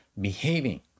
behaving